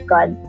God